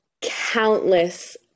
countless